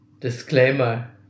disclaimer